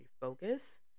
focus